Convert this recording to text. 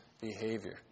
behavior